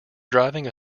driving